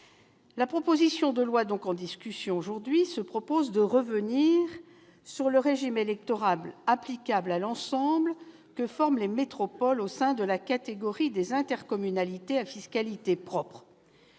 proposition de loi vise à revenir sur le régime électoral applicable à l'ensemble que forment les métropoles au sein de la catégorie des intercommunalités à fiscalité propre.